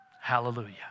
Hallelujah